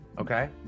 Okay